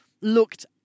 looked